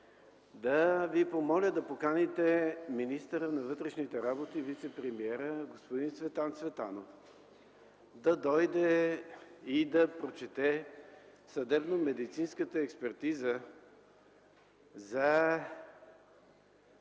да Ви помоля да поканите министъра на вътрешните работи и вицепремиер господин Цветан Цветанов да дойде и да прочете съдебномедицинската експертиза за